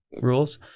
rules